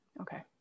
Okay